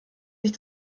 sich